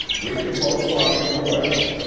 wish yer both luck on your way.